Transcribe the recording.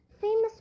famous